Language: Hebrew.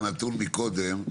את הנתון מקודם,